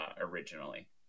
originally